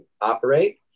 operate